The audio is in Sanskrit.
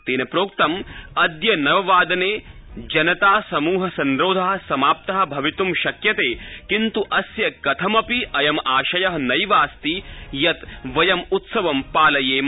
तेन प्रोक्तं अध नव वादने जनता समूह संरोधः समाप्तः भवितुं शक्यते किन्तु अस्य कथमपि अयमाशयः नैवास्ति यत् वयं उत्सवं पालयेम